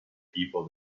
people